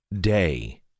day